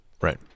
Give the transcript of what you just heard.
right